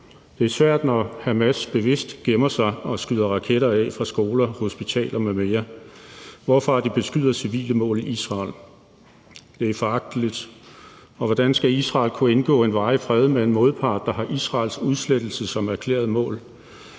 Det er svært, når Hamas bevidst gemmer sig og skyder raketter af fra skoler, hospitaler m.m., hvorfra de beskyder civile mål i Israel. Det er foragteligt, og hvordan skal Israel kunne indgå en varig fred med en modpart, der har Israels udslettelse som erklæret mål?